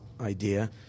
idea